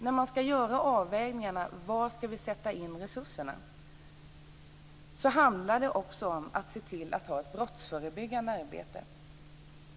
När man ska avväga var resurserna ska sättas in handlar det också om att det måste finnas ett brottsförebyggande arbete.